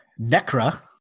Necra